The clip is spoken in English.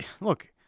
Look